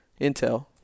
Intel